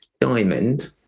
diamond